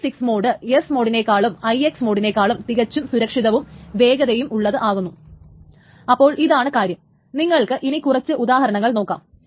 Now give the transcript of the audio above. ഈ SIX mode S മോഡിനെകാളും IX മോഡിനെകാളും തികച്ചും സുരക്ഷിതവും വേഗതയും ഉള്ളവ ആകുന്നു അപ്പോൾ ഇതാണ് കാര്യം നമ്മൾക്ക് ഇനി കുറച്ച് ഉദാഹരണങ്ങൾ നോക്കാം